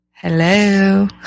Hello